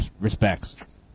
respects